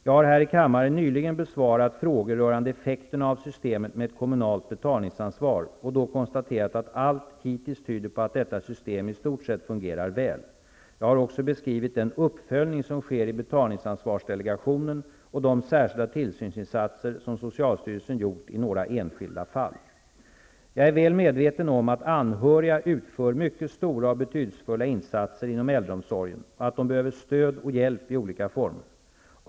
Jag har här i kammaren nyligen besvarat frågor rörande effekterna av systemet med ett kommunalt betalningsansvar, och då konstaterat att allt hittills tyder på att detta system i stort sett fungerar väl. Jag har också beskrivit den uppföljning som sker i betalningsansvarsdelegationen och de särskilda tillsynsinsatser som socialstyrelsen gjort i några enskilda fall. Jag är väl medveten om att anhöriga utför mycket stora och betydelsefulla insatser inom äldreomsorgen och att de behöver stöd och hjälp i olika former.